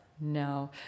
no